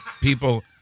people